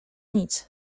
nic